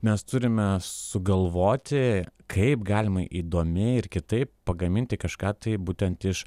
mes turime sugalvoti kaip galima įdomiai ir kitaip pagaminti kažką tai būtent iš